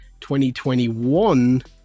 2021